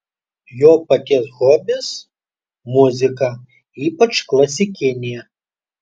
jo paties hobis muzika ypač klasikinė